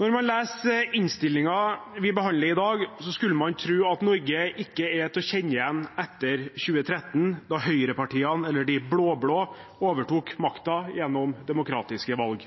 Når man leser innstillingen vi behandler i dag, skulle man tro at Norge ikke er til å kjenne igjen etter 2013, da høyrepartiene, eller de blå-blå, overtok makten gjennom et demokratisk valg.